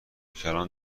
کلان